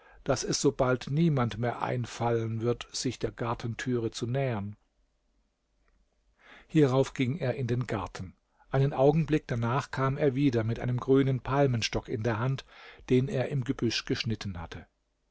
daß es so bald niemand mehr einfallen wird sich der gartentüre zu nähern hierauf ging er in den garten einen augenblick danach kam er wieder mit einem grünen palmenstock in der hand den er im gebüsch geschnitten hatte